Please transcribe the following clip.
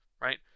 right